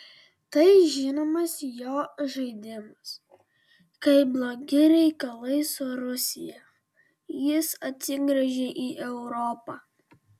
tai žinomas jo žaidimas kai blogi reikalai su rusija jis atsigręžia į europą